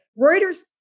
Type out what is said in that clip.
Reuters